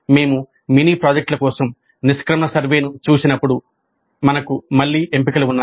మేము మినీ ప్రాజెక్టుల కోసం నిష్క్రమణ సర్వేను చూసినప్పుడు మనకు మళ్ళీ ఎంపికలు ఉన్నాయి